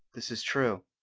this is true.